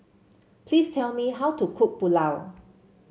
please tell me how to cook Pulao